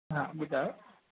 हा ॿुधायो